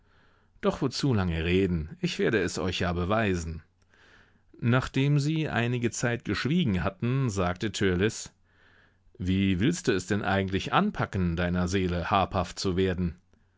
doch wozu lange reden ich werde es euch ja beweisen nachdem sie einige zeit geschwiegen hatten sagte törleß wie willst du es denn eigentlich anpacken deiner seele habhaft zu werden